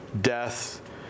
death